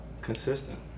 consistent